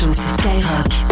Skyrock